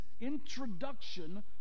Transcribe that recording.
introduction